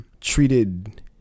treated